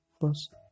first